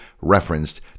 referenced